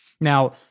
Now